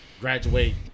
graduate